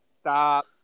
Stop